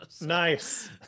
Nice